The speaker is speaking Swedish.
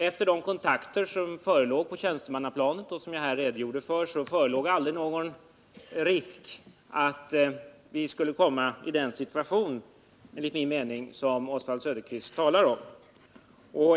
Efter de kontakter som förekommit på tjänstemannaplanet och som jag här redogjort för, förelåg enligt min mening aldrig någon risk för att vi skulle komma i en sådan situation som Oswald Söderqvist talar om.